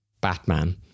batman